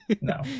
no